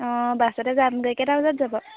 অঁ বাছতে যাম কেইটা বজাত যাব